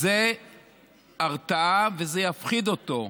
זו הרתעה וזה יפחיד אותו.